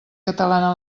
catalana